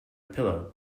pillow